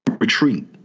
retreat